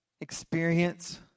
experience